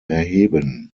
erheben